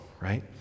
right